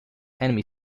enemy